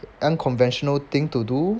unconventional thing to do